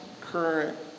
current